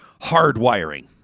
hardwiring